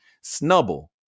snubble